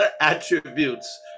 attributes